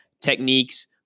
techniques